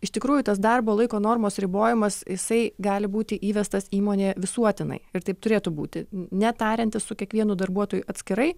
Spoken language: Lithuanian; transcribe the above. iš tikrųjų tas darbo laiko normos ribojimas jisai gali būti įvestas įmonėje visuotinai ir taip turėtų būti ne tariantis su kiekvienu darbuotoju atskirai